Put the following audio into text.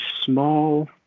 small